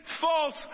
false